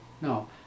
No